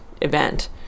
event